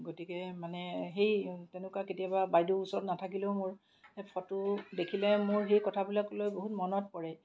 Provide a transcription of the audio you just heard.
গতিকে মানে সেই তেনেকুৱা কেতিয়াবা বাইদেউ ওচৰত নেথাকিলেও মোৰ ফটো দেখিলেই মোৰ সেই কথাবিলাকলৈ বহুত মনত পৰে